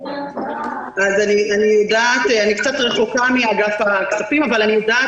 אני קצת רחוקה מאגף הכספים אבל אני יודעת